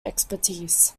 expertise